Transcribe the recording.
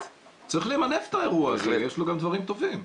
צריך למנף את האירוע הזה, יש לו גם דברים טובים.